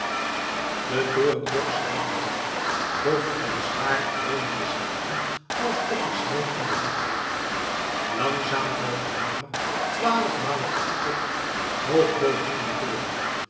de torenklok slaat twaalf dof en zwaar dreunen de slagen alsof er sneeuw in de lucht ligt langzaam valt de hamer twaalf malen op de klok hoog boven in den toren